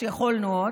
כשיכולנו עוד,